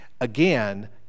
Again